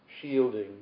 shielding